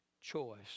choice